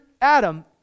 Adam